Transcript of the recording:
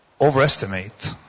overestimate